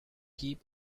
keep